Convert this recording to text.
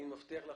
רוצה להודות